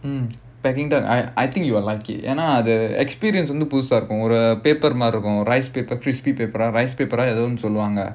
mm peking duck I I think you will like it ஏனா அது:yaenaa adhu the experience புதுசா இருக்கும்:pudhusaa irukkum paper மாதிரி இருக்கும்:maadhiri irukkum rice paper crispy paper rice paper ஏதோ ஒன்னு சொல்வாங்க:edho onnu solvaanga